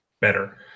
better